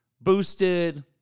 boosted